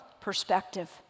perspective